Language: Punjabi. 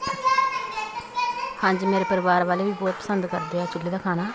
ਹਾਂਜੀ ਮੇਰੇ ਪਰਿਵਾਰ ਵਾਲੇ ਵੀ ਬਹੁਤ ਪਸੰਦ ਕਰਦੇ ਆ ਚੁੱਲ੍ਹੇ ਦਾ ਖਾਣਾ